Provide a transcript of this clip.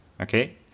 Okay